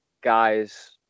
guys